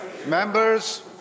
Members